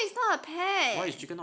chicken is not a pet